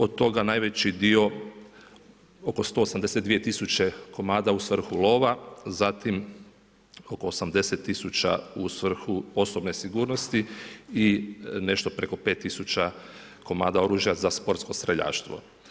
Od toga najveći dio oko 182 tisuće komada u svrhu lova, zatim oko 80 tisuća u svrhu osobne sigurnosti i nešto preko 5 tisuća komada oružja za sportsko streljaštvo.